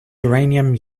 uranium